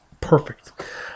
perfect